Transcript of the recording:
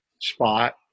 spot